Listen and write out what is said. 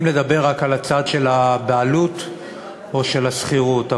לדבר רק על הצד של הבעלות או של השכירות,